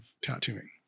tattooing